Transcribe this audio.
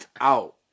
Out